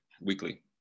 weekly